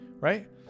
right